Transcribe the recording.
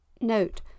Note